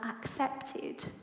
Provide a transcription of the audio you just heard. accepted